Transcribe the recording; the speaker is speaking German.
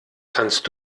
kannst